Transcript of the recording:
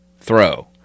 throw